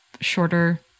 shorter